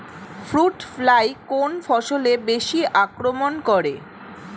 Fruit fly কোন ফসলে বেশি আক্রমন করে?